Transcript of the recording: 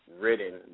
written